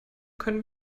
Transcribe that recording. können